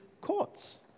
courts